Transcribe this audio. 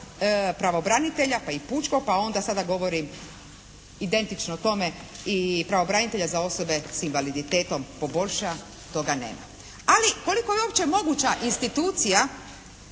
pravobranitelja pa i pučkog pa onda sada i govorim identično tome i pravobranitelja za osobe s invaliditetom poboljša, toga nema. Ali koliko je uopće moguća institucija